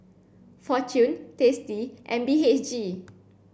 Fortune Tasty and B H G